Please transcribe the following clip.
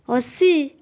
ଅଶୀ